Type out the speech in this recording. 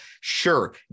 Sure